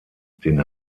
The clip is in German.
den